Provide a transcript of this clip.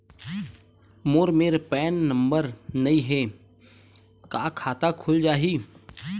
मोर मेर PAN number नई हे का खाता खुल जाही?